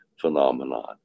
phenomenon